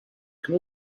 can